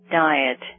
diet